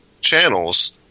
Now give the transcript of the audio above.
channels